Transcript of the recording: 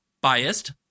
biased